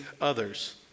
others